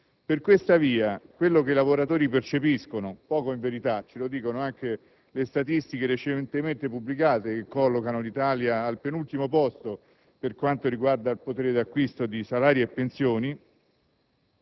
Per questa via, quello che i lavoratori percepiscono (poco in verità, come ci dicono anche le statistiche recentemente pubblicate, che collocano l'Italia al penultimo posto per quanto riguarda il potere d'acquisto di salari e pensioni),